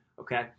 Okay